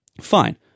Fine